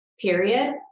period